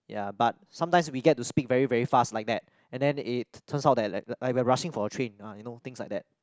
ya but sometimes we get to speak very very fast like that and it turns out that li~ like we're rushing for a train ah you know things like that